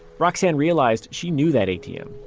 roxane realized she knew that atm.